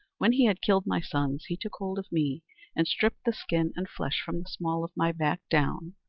when he had killed my sons he took hold of me and stripped the skin and flesh from the small of my back down,